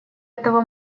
этого